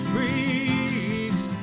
Freaks